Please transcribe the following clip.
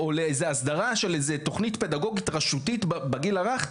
לאיזו הסדרה של תוכנית פדגוגית רשותית בגיל הרך,